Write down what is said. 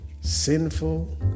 sinful